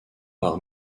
par